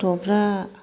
गथ'फ्रा